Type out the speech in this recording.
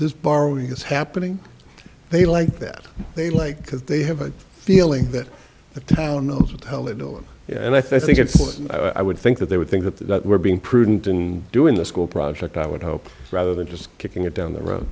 this borrowing is happening they like that they like because they have a feeling that the town knows what the hell are doing and i think it's and i would think that they would think that they were being prudent and doing the school project i would hope rather than just kicking it down the road